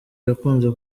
yakunze